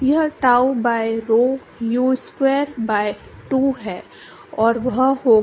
यह tau by rho Usquare by 2 है और वह होगा